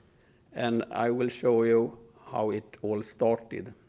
and i will show you how it all started.